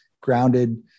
grounded